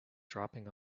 dropping